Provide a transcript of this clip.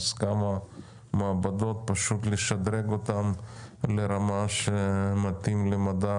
אז כמה מעבדות שפשוט צריך לשדרג אותן לרמה שמתאימה למדע